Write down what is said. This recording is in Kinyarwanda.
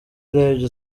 urebye